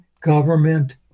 government